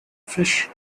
fish